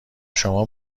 شما